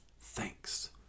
thanks